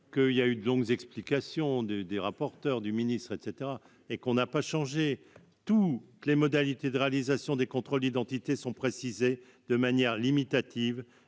que il y a eu longues explications de des rapporteurs du ministre, et cetera et qu'on n'a pas changé tous les modalités de réalisation des contrôles d'identité sont précisés de manière limitative